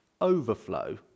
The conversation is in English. overflow